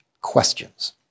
questions